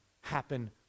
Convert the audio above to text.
happen